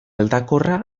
aldakorra